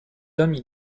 hommes